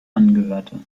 angehörte